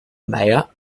meier